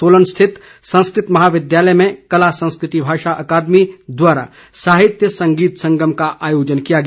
सोलन स्थित संस्कृति महाविद्यालय में कला संस्कृत भाषा अकादमी द्वारा साहित्य संगीत संगम का आयोजन किया गया